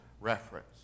reference